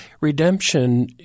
redemption